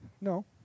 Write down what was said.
No